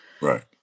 Right